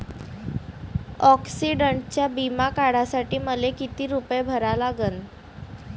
ॲक्सिडंटचा बिमा काढा साठी मले किती रूपे भरा लागन?